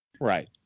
Right